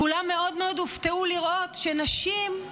כולם מאוד הופתעו לראות שנשים,